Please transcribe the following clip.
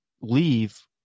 leave